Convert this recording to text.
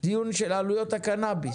דיון של עלויות הקנביס.